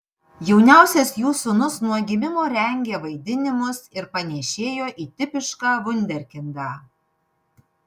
jauniausias jų sūnus nuo gimimo rengė vaidinimus ir panėšėjo į tipišką vunderkindą